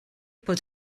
bod